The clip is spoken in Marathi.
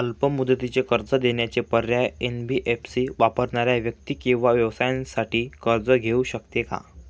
अल्प मुदतीचे कर्ज देण्याचे पर्याय, एन.बी.एफ.सी वापरणाऱ्या व्यक्ती किंवा व्यवसायांसाठी कर्ज घेऊ शकते का?